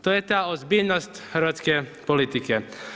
To je ta ozbiljnost hrvatske politike.